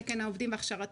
תקן העובדים והכשרתם,